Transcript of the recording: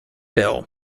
bill